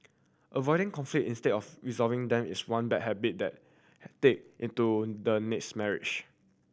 avoiding conflict instead of resolving them is one bad habit that they into the next marriage